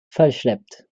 verschleppt